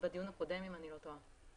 בדיון הקודם, אם אני לא טועה.